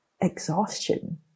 exhaustion